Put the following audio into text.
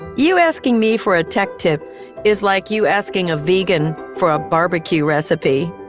you asking me for a tech tip is like you asking a vegan for a barbecue recipe.